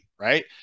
right